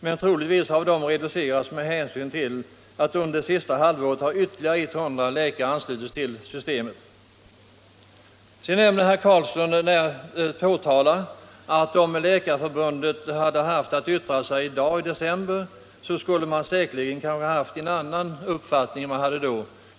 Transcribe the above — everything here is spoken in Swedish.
Men troligtvis har de reducerats med hänsyn till att ytterligare 100 läkare anslutits till systemet under det senaste halvåret. Sedan påtalar herr Carlsson att om Läkarförbundet skulle ha yttrat sig nu i december, skulle man där säkerligen inte ha haft en annan uppfattning än vad man hade tidigare.